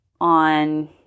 on